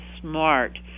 smart